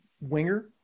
winger